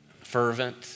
fervent